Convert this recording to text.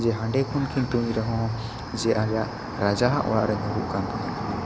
ᱡᱮ ᱦᱟᱸᱰᱮ ᱠᱷᱚᱱ ᱠᱤᱱ ᱛᱩᱧ ᱨᱮᱦᱚᱸ ᱡᱮ ᱟᱭᱟᱜ ᱨᱟᱡᱟ ᱦᱟᱜ ᱚᱲᱟᱜ ᱨᱮ ᱧᱩᱨᱩᱜ ᱠᱟᱱ ᱛᱟᱦᱮᱸ ᱠᱟᱱᱟ